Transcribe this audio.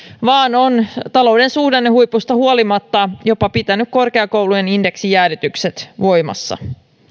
vaan on talouden suhdannehuipusta huolimatta jopa pitänyt korkeakoulujen indeksijäädytykset voimassa